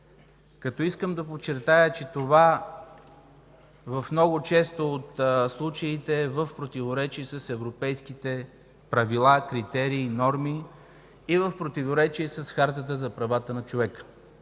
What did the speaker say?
като искам да подчертая, че това в много от случаите е в противоречие с европейските правила, критерии и норми, и в противоречие с Хартата за правата на човека